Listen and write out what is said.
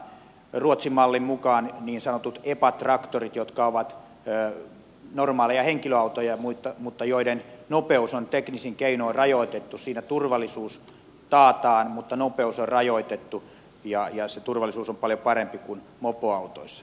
ruotsin mallin mukaan niin sanotuissa epa traktoreissa jotka ovat normaaleja henkilöautoja mutta joiden nopeus on teknisin keinoin rajoitettu turvallisuus taataan mutta nopeus on rajoitettu ja se turvallisuus on paljon parempi kuin mopoautoissa